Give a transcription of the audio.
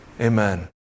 Amen